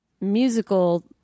musical